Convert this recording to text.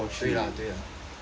对啦对啦